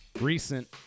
Recent